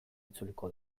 itzuliko